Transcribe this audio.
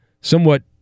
somewhat